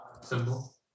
simple